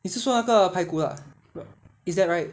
你是说那个排骨 ah is that right